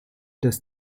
das